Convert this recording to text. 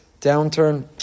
downturn